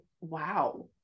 wow